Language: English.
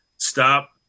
Stop